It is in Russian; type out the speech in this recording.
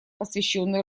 посвященной